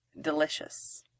delicious